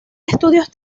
estudios